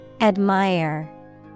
Admire